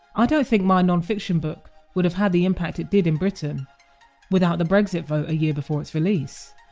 i don't think my non-fiction book would have had the impact it did in britain without the brexit vote a year before it's release.